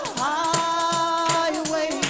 highway